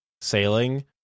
sailing